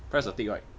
press the tick right